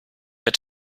der